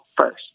First